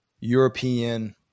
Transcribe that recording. European